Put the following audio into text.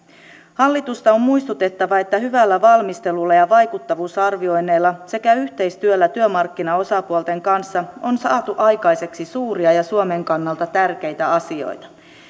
hallitusta on muistutettava että hyvällä valmistelulla ja vaikuttavuusarvioinneilla sekä yhteistyöllä työmarkkinaosapuolten kanssa on saatu aikaiseksi suuria ja suomen kannalta tärkeitä asioita